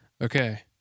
Okay